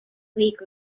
week